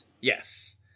Yes